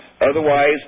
otherwise